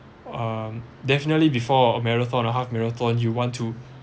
um definitely before a marathon or half marathon you want to